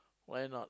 why not